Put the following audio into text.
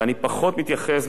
ואני פחות מתייחס,